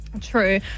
True